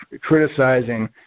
criticizing